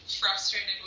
frustrated